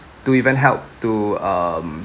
to even help to um